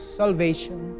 salvation